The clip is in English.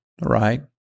Right